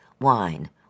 wine